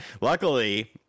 Luckily